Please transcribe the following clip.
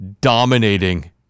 dominating